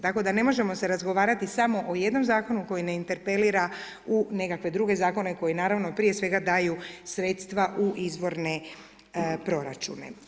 Tako da ne možemo se razgovarati samo o jednom zakonu koji ne interpelira u nekakve druge zakone koji naravno prije svega daju sredstava u izvorne proračune.